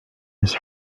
his